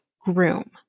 groom